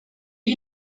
you